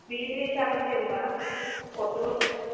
दे दे जागोन दे होमबा हरदोल' नोङो